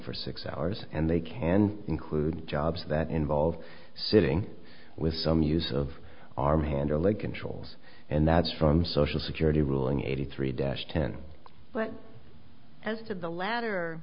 for six hours and they can include jobs that involve sitting with some use of arm hand or leg controls and that's from social security ruling eighty three dash ten but